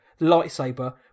Lightsaber